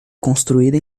construída